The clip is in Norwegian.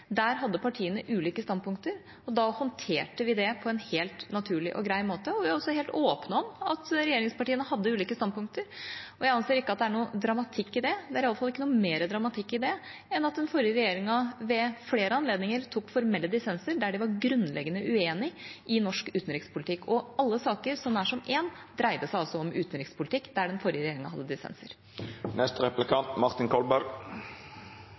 Der hadde partiene ulike standpunkter, og da håndterte vi det på en helt naturlig og grei måte. Vi er også helt åpne om at regjeringspartiene hadde ulike standpunkter, og jeg anser ikke at det er noen dramatikk i det. Det er iallfall ikke noe mer dramatikk i det enn at den forrige regjeringa ved flere anledninger tok formelle dissenser der de var grunnleggende uenige i norsk utenrikspolitikk, og alle saker – nær som én – der den forrige regjeringa hadde